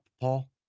Paul